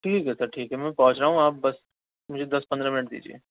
ٹھیک ہے سر ٹھیک ہے میں پہنچ رہا ہوں آپ بس مجھے دس پندرہ منٹ دیجیے